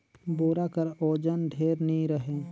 बोरा कर ओजन ढेर नी रहें